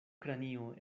kranio